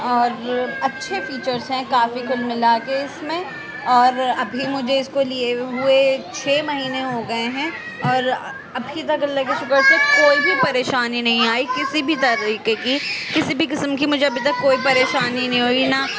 اور اچھے فیچرس ہیں کافی کل ملا کے اس میں اور ابھی مجھے اس کو لئے ہوئے چھ مہینے ہو گئے ہیں اور ابھی تک اللہ کا شکر سے کوئی بھی پریشانی نہیں آئی کسی بھی طرح طریقے کی کسی بھی قسم کی مجھے ابھی تک کوئی پریشانی نہیں ہوئی نا